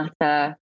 Matter